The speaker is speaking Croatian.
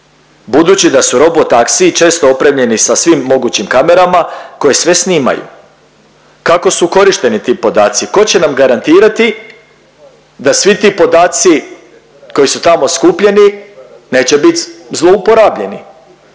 budući da su robo taksiji često opremljeni sa svim mogućim kamerama, koje sve snimaju. Kako su korišteni ti podaci, tko će nam garantirati da svi ti podaci koji su tamo skupljeni neće bit zlouporabljeni.